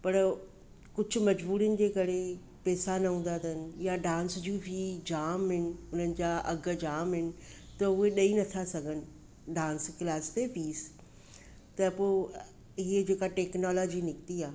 पढ़ो कुझु मजबूरीयुनि जे करे पेसा न हूंदा अथनि या डांस जूं फी जाम आहिनि उन्हनि जा अघु जाम आहिनि त उहे ॾेई नथा सघनि डांस क्लास ते फीस त पोइ इहे जेका टेक्नॉलोजी निकिती आहे